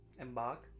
embark